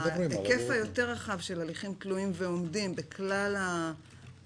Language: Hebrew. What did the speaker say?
ההיקף היותר רחב של הליכים תלויים ועומדים בכלל העבירות,